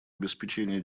обеспечения